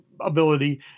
ability